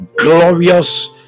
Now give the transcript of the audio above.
glorious